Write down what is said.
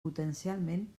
potencialment